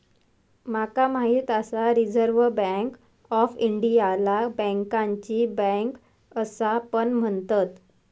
माका माहित आसा रिझर्व्ह बँक ऑफ इंडियाला बँकांची बँक असा पण म्हणतत